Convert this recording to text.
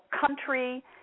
country